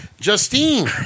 Justine